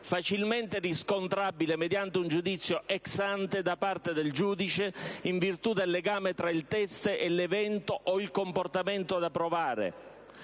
facilmente riscontrabile mediante un giudizio *ex ante* da parte del giudice, in virtù del legame tra il teste e l'evento o il comportamento da provare.